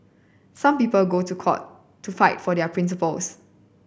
some people go to court to fight for their principles